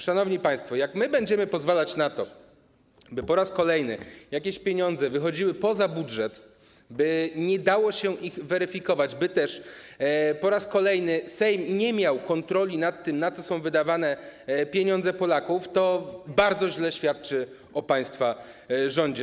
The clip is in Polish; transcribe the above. Szanowni państwo, jak będziemy pozwalać na to, by po raz kolejny jakieś pieniądze wychodziły poza budżet, by nie dało się ich weryfikować, by też po raz kolejny Sejm nie miał kontroli nad tym, na co są wydawane pieniądze Polaków, to bardzo źle będzie to świadczyło o państwa rządzie.